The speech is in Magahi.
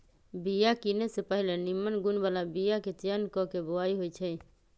बिया किने से पहिले निम्मन गुण बला बीयाके चयन क के बोआइ होइ छइ